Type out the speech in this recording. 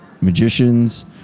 magicians